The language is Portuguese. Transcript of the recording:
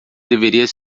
deveria